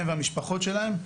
הם והמשפחות שלהם,